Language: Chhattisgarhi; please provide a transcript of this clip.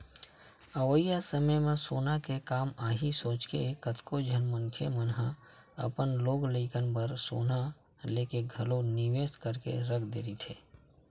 अवइया समे म सोना के काम आही सोचके कतको झन मनखे मन ह अपन लोग लइका बर सोना लेके घलो निवेस करके रख दे रहिथे